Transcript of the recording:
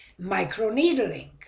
microneedling